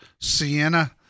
Sienna